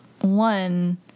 one